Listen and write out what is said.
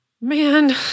man